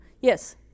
yes